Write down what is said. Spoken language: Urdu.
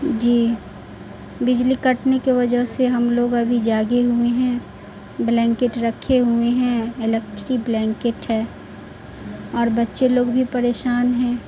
جی بجلی کٹنے کے وجہ سے ہم لوگ ابھی جاگے ہوئے ہیں بلینکٹ رکھے ہوئے ہیں الیکٹرک بلینکٹ ہے اور بچے لوگ بھی پریشان ہیں